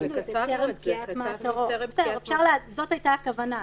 זאת הייתה הכוונה.